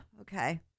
Okay